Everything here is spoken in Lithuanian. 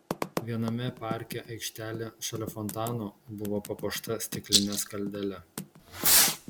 viename parke aikštelė šalia fontano buvo papuošta stikline skaldele